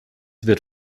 wird